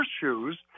shoes